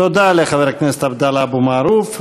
תודה לחבר הכנסת עבדאללה אבו מערוף,